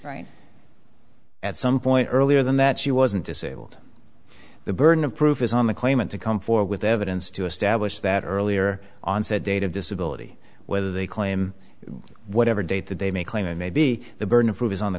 right at some point earlier than that she wasn't disabled the burden of proof is on the claimant to come forward with evidence to establish that earlier onset date of disability whether they claim whatever date that they may claim it may be the burden of proof is on the